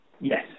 Yes